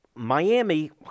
Miami